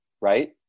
right